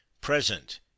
present